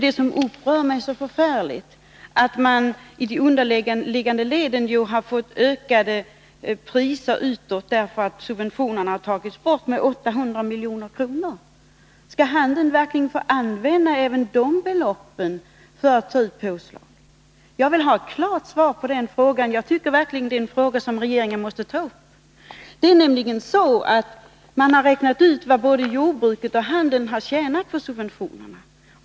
Det som upprör mig så mycket är att man i de underliggande leden ju har fått ökade priser utåt därför att subventionerna har tagits bort med 800 milj.kr. Skall handeln verkligen få använda även detta belopp för prispåslag? Jag vill ha ett klart svar på den frågan. Jag tycker verkligen att det är en fråga som regeringen måste ta upp. Man har räknat ut vad både jordbruket och handeln har tjänat på subventionerna.